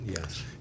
Yes